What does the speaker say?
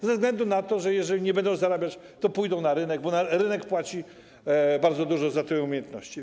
Ze względu na to, że jeżeli nie będą zarabiać, to pójdą na rynek, bo rynek płaci bardzo dużo za te umiejętności.